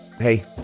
hey